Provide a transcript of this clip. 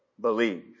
believe